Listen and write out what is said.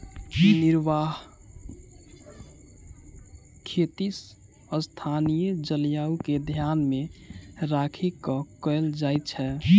निर्वाह खेती स्थानीय जलवायु के ध्यान मे राखि क कयल जाइत छै